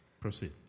Proceed